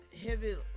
heavy